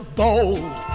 bold